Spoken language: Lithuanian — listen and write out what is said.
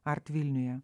art vilniuje